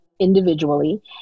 individually